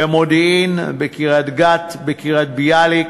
במודיעין, בקריית-גת, בקריית-ביאליק,